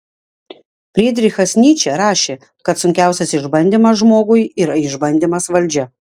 frydrichas nyčė rašė kad sunkiausias išbandymas žmogui yra išbandymas valdžia